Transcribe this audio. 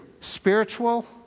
spiritual